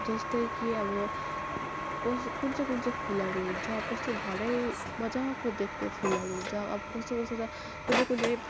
जस्तै कि अब को कुन चाहिँ कुन चाहिँ फुलहरू हुन्छ कस्तो घरै मजाको देख्ने फुलहरू हुन्छ अब कस्तो कस्तो त कुनै कुनै